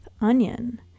Onion